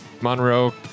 Monroe